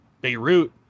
Beirut